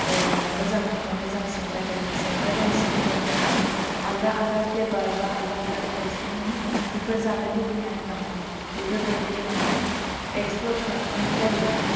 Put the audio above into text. मोजांनिफ्राय मोजांसिन जाथों संनो रोंसिनथों माने आलदा आलदा फ्लेभार आलदा आलदा टाइप्सनि माने ओंख्रिफोर जानो लुगैनाय मानाय बेफोरबादि माने एक्सप्लर खालामनाय जायो आरो